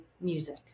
music